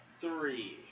Three